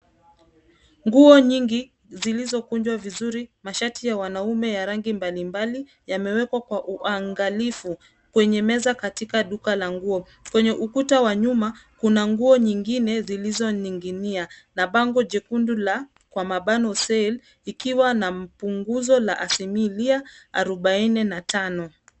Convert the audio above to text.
Nguo nyingi zilizokunjwa vizuri, mashati ya wanaume ya rangi mbalimbali yameekwa kwa uangalifu kwenye meza katika duka la nguo. Kwenye ukuta wa nyuma kuna nguo nyingine zilizoning'inia na na bango jekundu la, kwa mabano sale ikiwa na punguzo la asilimia arobaini na tano.